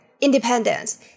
Independence